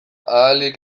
ahalik